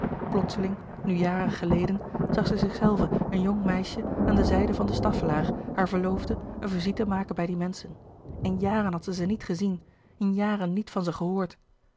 plotseling nu jaren geleden zag zij zichzelve een jong meisje aan de zijde van de staffelaer haar verloofde een visite maken bij die menschen in jaren had zij ze niet gezien in jaren niet van ze gehoord